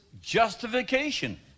justification